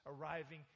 arriving